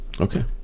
okay